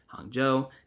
Hangzhou